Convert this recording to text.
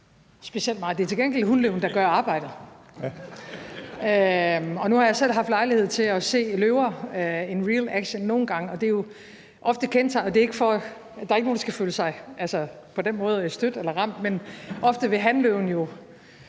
brøler specielt meget. Det er til gengæld hunløven, der gør arbejdet. Og nu har jeg selv haft lejlighed til at se løver in real action nogle gange, og der er ikke nogen, der skal føle sig på den måde stødt eller ramt, men ofte vil hanløven jo